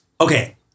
Okay